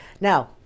Now